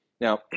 Now